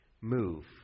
move